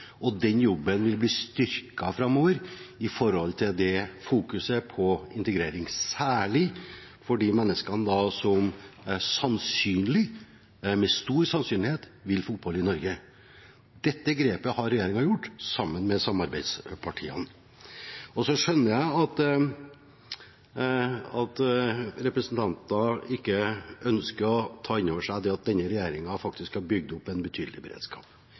og den jobben vil bli styrket framover når det gjelder fokusering på integrering, særlig for de menneskene som med stor sannsynlighet vil få opphold i Norge. Dette grepet har regjeringen tatt, sammen med samarbeidspartiene. Jeg skjønner at representanter ikke ønsker å ta inn over seg at denne regjeringen faktisk har bygget opp en betydelig beredskap